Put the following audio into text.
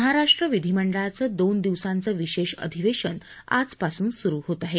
महाराष्ट्र विधिमंडळाचं दोन दिवसांचं विशेष अधिवेशन आजपासून सुरु होत आहे